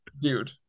Dude